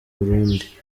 burundi